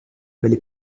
belle